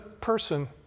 person